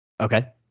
Okay